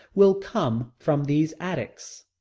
will come from these attics.